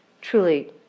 truly